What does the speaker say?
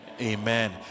Amen